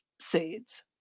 seeds